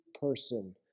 person